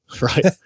right